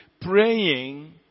praying